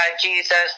jesus